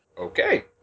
Okay